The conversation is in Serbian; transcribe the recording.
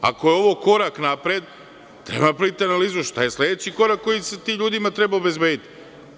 Ako je ovo korak napred, treba da napravite analizu šta je sledeći korak koji se tim ljudima treba obezbediti?